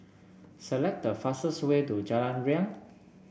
select the fastest way to Jalan Riang